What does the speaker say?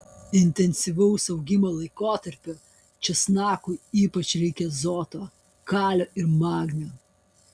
intensyvaus augimo laikotarpiu česnakui ypač reikia azoto kalio ir magnio